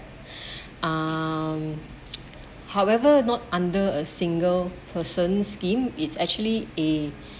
um however not under a single person scheme it's actually a